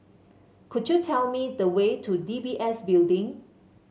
could you tell me the way to D B S Building